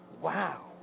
wow